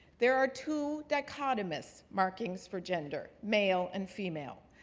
there are two dichotomist markings for gender, male and female.